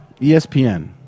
ESPN